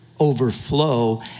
overflow